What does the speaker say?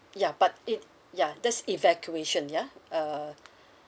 ya but it ya that's evacuation yeah uh